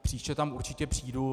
Příště tam určitě přijdu.